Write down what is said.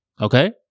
okay